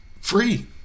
free